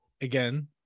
again